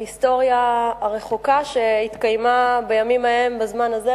להיסטוריה הרחוקה שהתקיימה בימים ההם בזמן הזה,